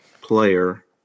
player